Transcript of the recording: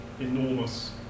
enormous